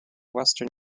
western